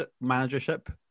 managership